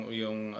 yung